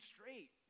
straight